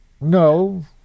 No